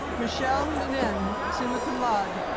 michelle nyden, summa cum laude.